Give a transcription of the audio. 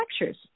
lectures